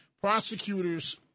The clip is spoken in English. Prosecutors